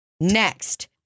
next